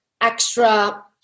extra